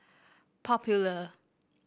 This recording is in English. popular